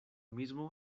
mismo